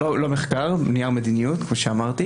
לא מחקר, נייר מדיניות, כמו שאמרתי.